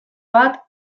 bat